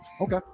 Okay